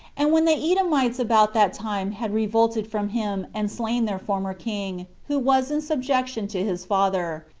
and when the edomites about that time had revolted from him, and slain their former king, who was in subjection to his father,